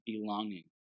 belonging